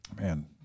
Man